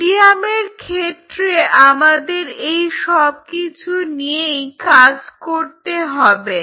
মিডিয়ামের ক্ষেত্রে আমাদের এই সবকিছু নিয়েই কাজ করতে হবে